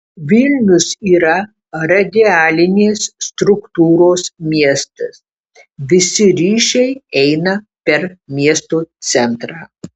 vilnius yra radialinės struktūros miestas visi ryšiai eina per miesto centrą